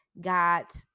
got